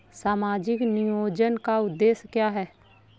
सामाजिक नियोजन का उद्देश्य क्या है?